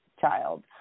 child